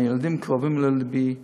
הילדים קרובים ללבי.